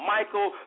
Michael